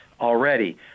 already